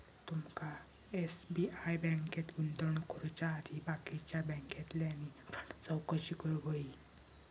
तुमका एस.बी.आय बँकेत गुंतवणूक करुच्या आधी बाकीच्या बॅन्कांतल्यानी पण चौकशी करूक व्हयी